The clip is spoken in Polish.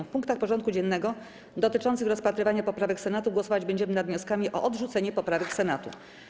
W punktach porządku dziennego dotyczących rozpatrywania poprawek Senatu głosować będziemy nad wnioskami o odrzucenie poprawek Senatu.